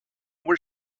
where